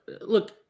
look